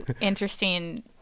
interesting